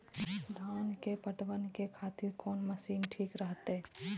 धान के पटवन के खातिर कोन मशीन ठीक रहते?